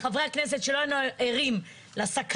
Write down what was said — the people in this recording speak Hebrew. חברי הכנסת שלא היינו ערים לסכנה,